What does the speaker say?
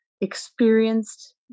experienced